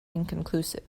inconclusive